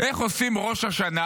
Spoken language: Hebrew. איך עושים ראש השנה,